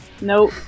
nope